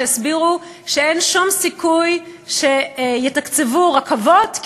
שהסבירו שאין שום סיכוי שיתקצבו רכבות,